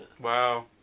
Wow